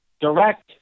direct